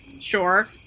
sure